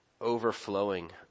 overflowing